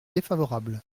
défavorable